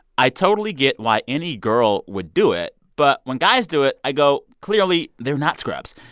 i totally get why any girl would do it. but when guys do it, i go, clearly, they're not scrubs.